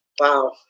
wow